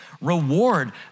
reward